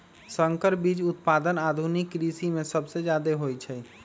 संकर बीज उत्पादन आधुनिक कृषि में सबसे जादे होई छई